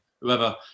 Whoever